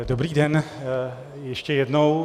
Dobrý den ještě jednou.